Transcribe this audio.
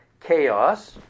chaos